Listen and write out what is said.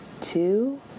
two